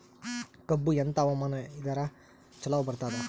ಕಬ್ಬು ಎಂಥಾ ಹವಾಮಾನ ಇದರ ಚಲೋ ಬರತ್ತಾದ?